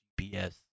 GPS